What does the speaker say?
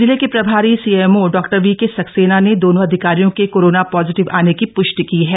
जिले के प्रभारी सीएमओ डा वीके सक्सेना ने दोनों अधिकारियों के कोरोना पाजिटिव आने की पृष्टि की है